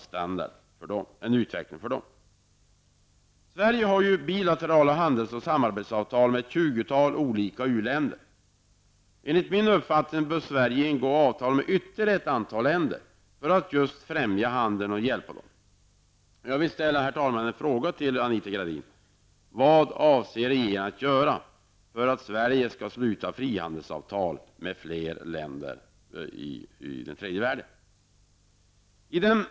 Sverige har bilaterala handels och samarbetsavtal med ett tjugotal olika u-länder. Enligt min uppfattning bör Sverige ingå avtal med ytterligare ett antal länder just för att främja deras handel och i övrigt hjälpa dem. Vad avser regeringen att göra, statsrådet Anita Gradin, för att Sverige skall sluta frihandelsavtal med fler länder i tredje världen?